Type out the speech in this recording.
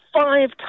five